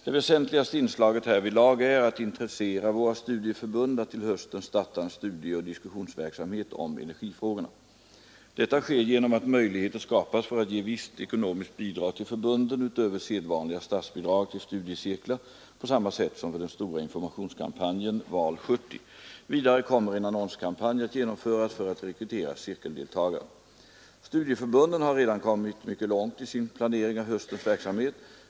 Det väsentligaste inslaget härvidlag är att intressera våra studieförbund att till hösten starta en studieoch diskussionsverksamhet om energifrågorna. Detta sker genom att möjligheter skapas för att ge visst ekonomiskt bidrag till förbunden utöver sedvanliga statsbidrag till studiecirklar på samma sätt som för den stora informationskampanjen Val 70. Vidare kommer en annonskampanj att genomföras för att rekrytera cirkeldeltagare. Studieförbunden har redan kommit mycket långt i sin planering av höstens verksamhet.